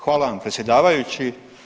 Hvala vam predsjedavajući.